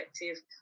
effective